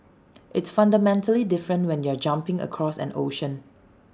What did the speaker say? it's fundamentally different when you're jumping across an ocean